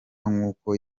nk’uko